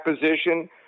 position